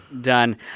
done